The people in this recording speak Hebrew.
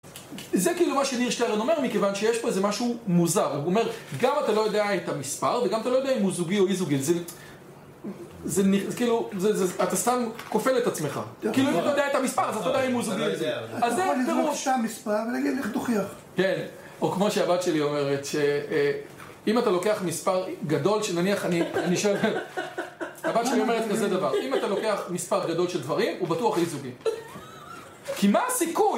זה כאילו מה שניר שטרן אומר, מכיוון שיש פה איזה משהו מוזר הוא אומר: גם אתה לא יודעי את המספר וגם אתה לא יודע אם הוא זוגי או אי-זוגי זה זה כאילו אתה סתם כופל את עצמך, כאילו אם אתה יודע את המספר אתה אתה יודע אם הוא זוגי או אי זוגי יכול לזרוק סתם מספר ולהגיד לך תוכיח כן, או כמו שהבת שלי אומרת שאם אתה לוקח מספר גדול של נניח אני שואל הבת שלי אומרת כזה דבר אם אתה לוקח מספר גדול של דברים הוא בטוח אי-זוגי כי מה הסיכוי!?